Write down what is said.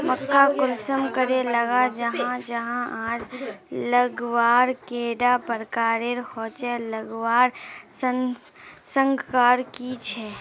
मक्का कुंसम करे लगा जाहा जाहा आर लगवार कैडा प्रकारेर होचे लगवार संगकर की झे?